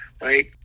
right